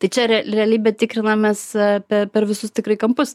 tai čia tikrinamės per per visus tikrai kampus